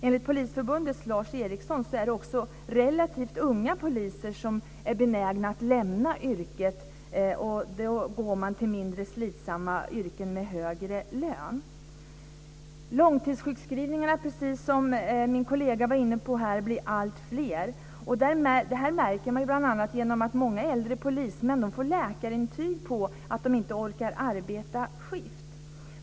Enligt Polisförbundets Lars Eriksson är det nämligen relativt unga poliser som är benägna att lämna yrket och gå till mindre slitsamma yrken med högre lön. Långtidssjukskrivningarna blir alltfler, precis som min kollega var inne på. Det märks bl.a. genom att många äldre polismän får läkarintyg på att de inte orkar arbeta skift.